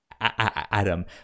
Adam